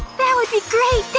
that would be great,